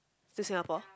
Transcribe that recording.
to Singapore